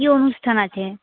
কী অনুষ্ঠান আছে